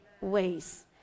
ways